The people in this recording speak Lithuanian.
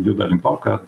juda link to kad